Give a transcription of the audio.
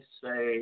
say